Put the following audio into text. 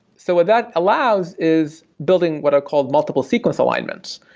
so what that allows is building what are called multiple sequence alignments,